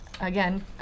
again